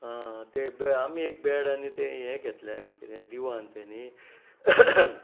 तें बॅ आमी एक बॅड आनी तें हें घेतलें आमी किदें दिवान तें न्ही